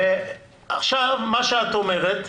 עכשיו, מה שאת אומרת,